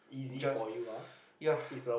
just yeah